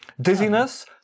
Dizziness